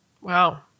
Wow